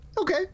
okay